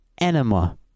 Enema